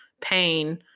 pain